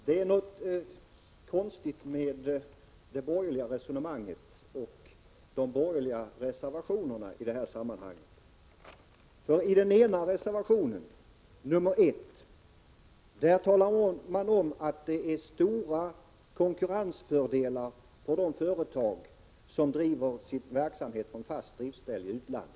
Herr talman! Det är något konstigt med resonemanget i de borgerliga reservationerna i detta sammanhang. I reservation nr 1 talar man om de stora konkurrensfördelar som uppstår för de företag som driver sin verksamhet från fast driftsställe i utlandet.